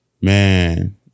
man